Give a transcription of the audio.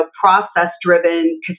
process-driven